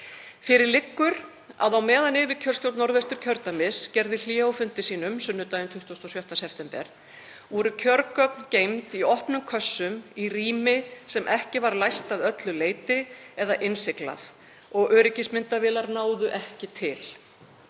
Fyrir liggur að á meðan yfirkjörstjórn Norðvesturkjördæmis gerði hlé á fundi sínum sunnudaginn 26. september voru kjörgögn geymd í opnum kössum í rými sem ekki var læst að öllu leyti eða innsiglað og öryggismyndavélar náðu ekki til.